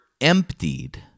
emptied